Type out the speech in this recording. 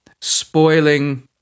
spoiling